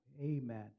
Amen